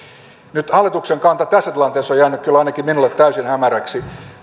nyt hallituksen kanta tässä tilanteessa on jäänyt kyllä ainakin minulle täysin hämäräksi